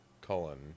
Cullen